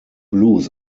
blues